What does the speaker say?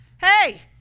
hey